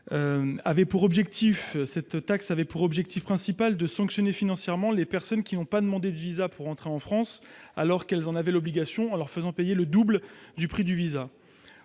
taxe de chancellerie avait pour objectif principal de sanctionner financièrement les personnes qui n'avaient pas demandé un visa pour entrer en France alors qu'elles en avaient l'obligation, en leur faisant payer le double du prix du visa.